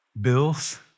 bills